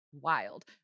wild